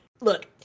look